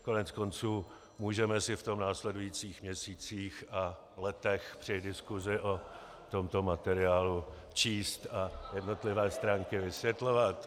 Koneckonců, můžeme si v tom v následujících měsících a letech při diskusi o tomto materiálu číst a jednotlivé stránky vysvětlovat...